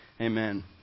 Amen